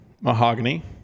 mahogany